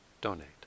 donate